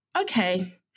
Okay